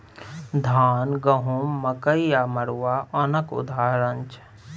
धान, गहुँम, मकइ आ मरुआ ओनक उदाहरण छै